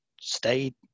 stayed